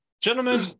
Gentlemen